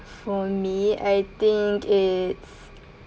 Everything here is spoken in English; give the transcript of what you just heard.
for me I think it's